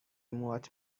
موهات